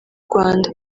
rwanda